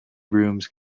rooms